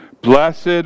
Blessed